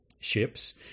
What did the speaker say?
ships